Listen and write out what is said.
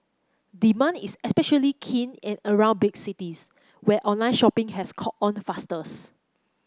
demand is especially keen in around big cities where online shopping has caught on fastest